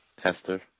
Hester